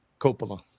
Coppola